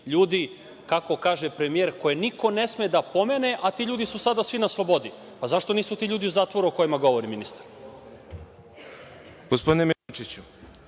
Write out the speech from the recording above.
ljudi, kako kaže premijer, koje niko ne sme da pomene, a ti ljudi su sada svi na slobodi, pa zašto nisu ti ljudi u zatvoru o kojima govori ministar?